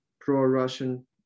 pro-Russian